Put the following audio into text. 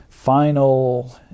Final